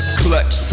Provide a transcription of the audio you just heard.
clutch